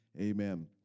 Amen